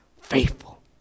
faithful